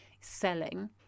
selling